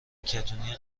کتونی